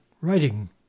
Writing